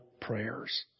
prayers